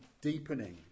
deepening